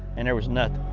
and there was nothing.